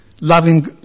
loving